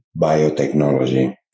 biotechnology